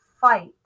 fight